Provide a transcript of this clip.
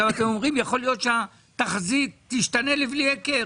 אתם אומרים שיכול להיות שהתחזית תשתנה לבלי הכר,